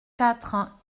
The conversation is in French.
quatre